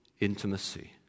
Intimacy